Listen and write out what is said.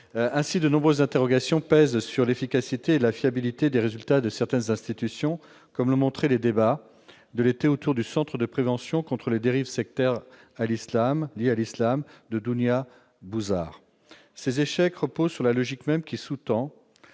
Ainsi, de nombreuses interrogations pèsent sur l'efficacité et la fiabilité des résultats de certaines institutions, comme l'ont montré les polémiques de cet été sur le Centre de prévention des dérives sectaires liées à l'islam de Mme Dounia Bouzar. Ces échecs tiennent à la logique même qui sous-tend